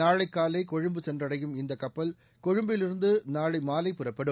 நாளை காலை கொழும்பு சென்றடையும் இந்தக் கப்பல் கொழும்புவிலிருந்து நாளை மாலை புறப்படும்